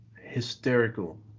hysterical